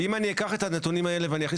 אם אני אקח את הנתונים האלה ואני אכניס